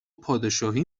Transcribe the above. پادشاهی